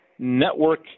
network